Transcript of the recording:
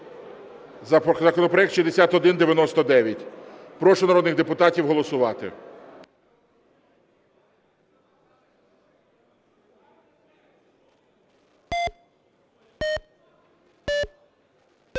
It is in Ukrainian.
законопроект 6199. Прошу народних депутатів голосувати.